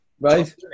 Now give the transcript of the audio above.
Right